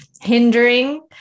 hindering